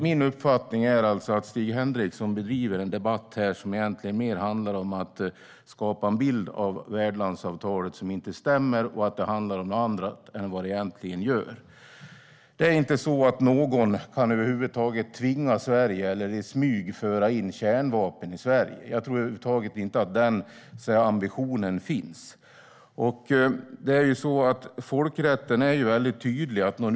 Min uppfattning är att Stig Henriksson bedriver en debatt här som egentligen handlar mer om att skapa en bild av värdlandsavtalet som inte stämmer. Ingen kan tvinga Sverige till utplacering i landet eller i smyg föra in kärnvapen i Sverige. Jag tror över huvud taget inte att den ambitionen finns. Folkrätten är tydlig.